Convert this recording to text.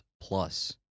plus